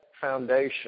foundation